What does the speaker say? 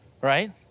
Right